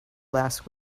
last